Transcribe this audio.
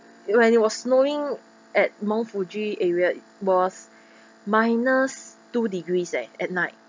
when it was snowing at mount fuji area it was minus two degrees eh at night